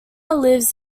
lives